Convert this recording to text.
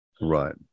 Right